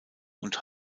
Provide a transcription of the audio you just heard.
und